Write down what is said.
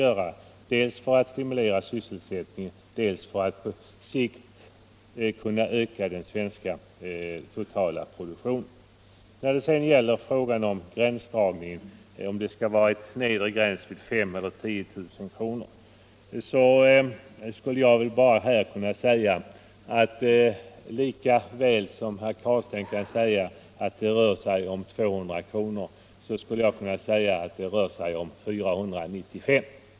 Stimulansåtgärder som enligt min uppfattning syftar till att dels främja sysselsättningen, dels att på sikt öka den totala svenska produktionen. När det sedan gäller gränsdragningen, om det skall vara en nedre gräns vid 5 000 eller 10 000 kr., vill jag framhålla att lika väl som herr Carlstein kan säga att det rör sig om 200 kr. skulle jag kunna säga att det rör sig om 400 kr.